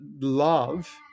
love